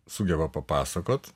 sugeba papasakot